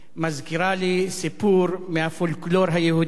מזכירה לי סיפור מהפולקלור היהודי.